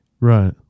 right